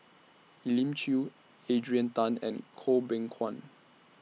Elim Chew Adrian Tan and Goh Beng Kwan